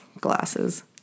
Glasses